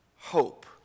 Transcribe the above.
hope